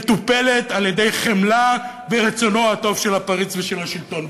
מטופלת מתוך חמלה והרצון הטוב של הפריץ ושל השלטון,